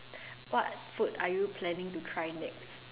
what food are you planning to try next